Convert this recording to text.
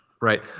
right